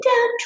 down